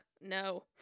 no